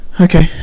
Okay